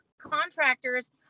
contractors